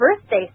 birthday